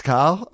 Carl